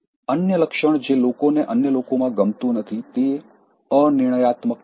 અન્ય લક્ષણ જે લોકોને અન્ય લોકોમાં ગમતું નથી તે અનિર્ણયાકતા છે